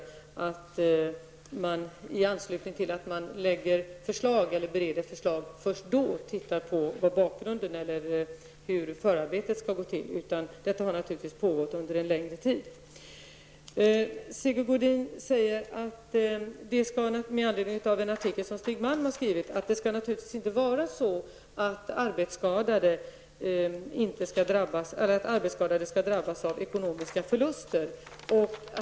Det är inte så att man först i anslutning till att man lägger fram eller bereder förslag tittar på bakgrunden eller hur förarbetet skall gå till. Det har naturligtvis pågått under en längre tid. Med anledning av en artikel som Stig Malm har skrivit säger Sigge Godin att det naturligtvis inte skall vara så att arbetsskadade skall drabbas av ekonomiska förluster.